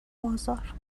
بازار